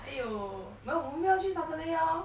!aiyo! then 我们不要去 saturday lor